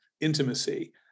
Intimacy